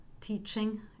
teaching